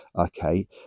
okay